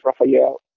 Raphael